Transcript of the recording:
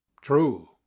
true